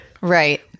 Right